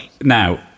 now